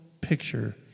picture